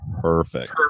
perfect